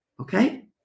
Okay